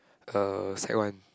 uh sec one